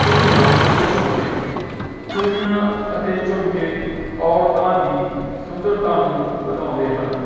ਚੂੜੀਆਂ ਅਤੇ ਝੁਮਕੇ ਚੂੜੀਆਂ ਅਤੇ ਝੁਮਕੇ ਔਰਤਾਂ ਦੀ ਸੁੰਦਰਤਾ ਨੂੰ ਵਧਾਉਂਦੇ ਹਨ